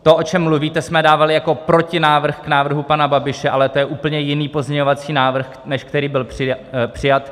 To, o čem mluvíte, jsme dávali jako protinávrh k návrhu pana Babiše, ale to je úplně jiný pozměňovací návrh, než který byl přijat.